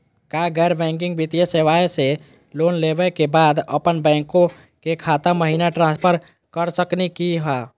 का गैर बैंकिंग वित्तीय सेवाएं स लोन लेवै के बाद अपन बैंको के खाता महिना ट्रांसफर कर सकनी का हो?